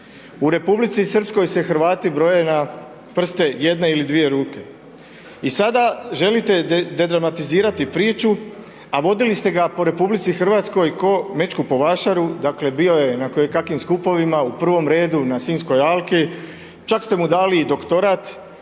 u Republici Srpskoj se Hrvati broje na prste jedne ili dvije ruke i sada želite dedramatizirati priču a vodili ste ga po RH ko Mečku po Vašaru dakle bio je na kojekakvim skupovima u prvom redu, na Sinjskoj alki, čak ste mu dali i doktorat,